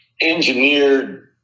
engineered